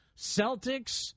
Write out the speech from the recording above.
Celtics